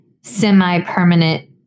semi-permanent